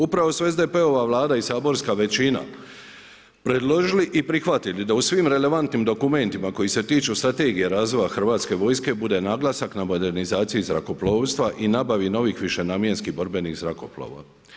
Upravo su SDP-ova Vlada i saborska većina predložili i prihvatili da u svim relevantnim dokumentima koji se tiču Strategije razvoja hrvatske vojske bude naglasak na modernizaciji zrakoplovstva i nabavi novih višenamjenskih borbenih zrakoplova.